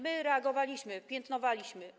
My reagowaliśmy, piętnowaliśmy.